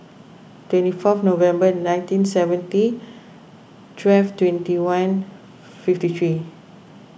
twenty fourth November nineteen seventy twelve twenty one fifty three